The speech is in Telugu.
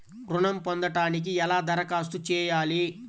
ఋణం పొందటానికి ఎలా దరఖాస్తు చేయాలి?